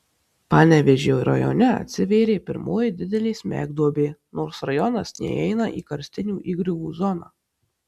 panevėžio rajone atsivėrė pirmoji didelė smegduobė nors rajonas neįeina į karstinių įgriuvų zoną